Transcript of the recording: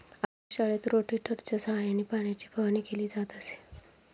आपल्या शाळेत रोटेटरच्या सहाय्याने पाण्याची फवारणी केली जात असे